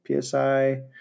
PSI